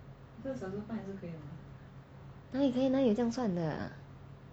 哪里可以哪里有这样算的